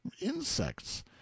insects